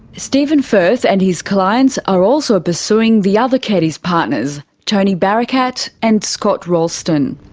stephen firth and his clients are also pursuing the other keddies partners, tony barakat and scott roulstone.